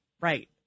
Right